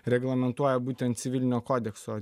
reglamentuoja būtent civilinio kodekso